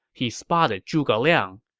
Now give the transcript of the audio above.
he spotted zhuge liang.